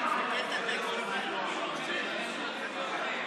הצעת חוק-יסוד: הכנסת עברה,